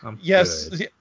Yes